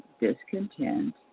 discontent